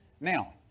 Now